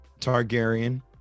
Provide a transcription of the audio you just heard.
Targaryen